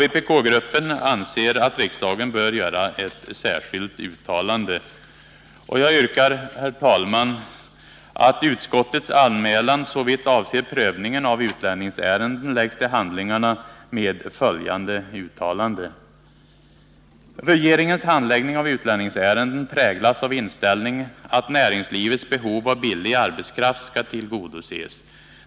Vpkgruppen anser att riksdagen bör göra ett särskilt uttalande. Jag yrkar, herr talman, att utskottets anmälan såvitt avser prövning av utlänningsärenden läggs till handlingarna med följande uttalande: Regeringens handläggning av utlänningsärenden präglas av inställningen att näringslivets behov av billig arbetskraft skall tillgodoses.